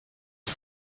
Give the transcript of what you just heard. six